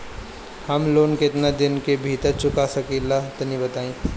हम लोन केतना दिन के भीतर चुका सकिला तनि बताईं?